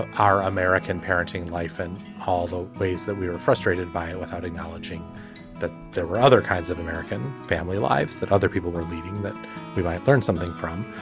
our american parenting life and although pleased that we were frustrated by it without acknowledging that there were other kinds of american family lives that other people were leaving that we might learn something from.